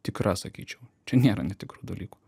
tikra sakyčiau čia nėra netikrų dalykų